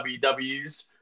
WWs